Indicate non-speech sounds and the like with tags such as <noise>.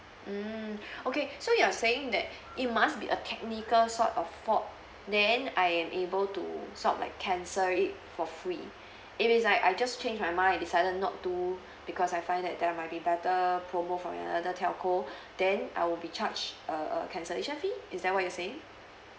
mm <breath> okay so you are saying that it must be a technical sort of fault then I am able to sort of like cancel it for free if it's like I just change my mind I decided not to because I find that there might be better promo~ from another telco then I will be charge a a cancellation fee is that what you are saying